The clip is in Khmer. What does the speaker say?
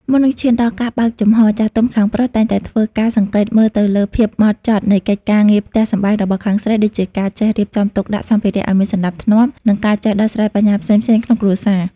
មុននឹងឈានដល់ការបើកចំហ ចាស់ទុំខាងប្រុសតែងតែធ្វើការសង្កេតមើលទៅលើភាពហ្មត់ចត់នៃកិច្ចការងារផ្ទះសម្បែងរបស់ខាងស្រី ដូចជាការចេះរៀបចំទុកដាក់សម្ភារៈឱ្យមានសណ្តាប់ធ្នាប់ និងការចេះដោះស្រាយបញ្ហាផ្សេងៗក្នុងគ្រួសារ។